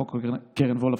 5. חוק קרן וולף,